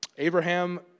Abraham